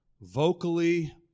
vocally